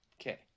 Okay